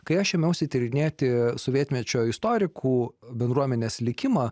kai aš ėmiausi tyrinėti sovietmečio istorikų bendruomenės likimą